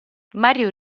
mario